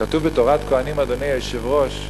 כתוב ב"תורת כהנים", אדוני היושב-ראש,